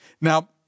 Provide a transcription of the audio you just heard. Now